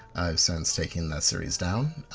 since taken this series down,